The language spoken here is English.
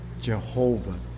Jehovah